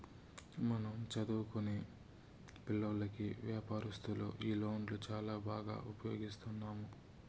మన చదువుకొనే పిల్లోల్లకి వ్యాపారస్తులు ఈ లోన్లు చాలా బాగా ఉపయోగిస్తున్నాము